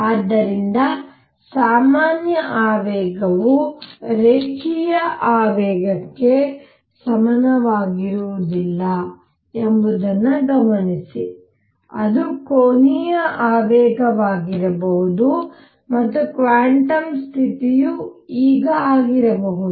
ಆದ್ದರಿಂದ ಸಾಮಾನ್ಯ ಆವೇಗವು ರೇಖೀಯ ಆವೇಗಕ್ಕೆ ಸಮನಾಗಿರುವುದಿಲ್ಲ ಎಂಬುದನ್ನು ಗಮನಿಸಿ ಅದು ಕೋನೀಯ ಆವೇಗವಾಗಿರಬಹುದು ಮತ್ತು ಕ್ವಾಂಟಮ್ ಸ್ಥಿತಿಯು ಈಗ ಆಗಿರಬಹುದು